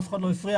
אף אחד לא הפריע,